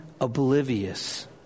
oblivious